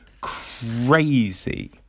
crazy